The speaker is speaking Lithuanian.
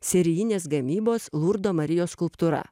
serijinės gamybos lurdo marijos skulptūra